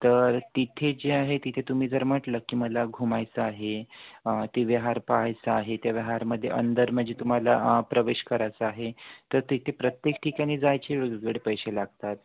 तर तिथे जे आहे तिथे तुम्ही जर म्हटलं की मला घुमायचं आहे ते विहार पाहायचं आहे त्या विहारमध्ये अंदर म्हणजे तुम्हाला प्रवेश करायचा आहे तर तिथे प्रत्येक ठिकाणी जायचे वेगवेगळे पैसे लागतात